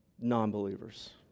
non-believers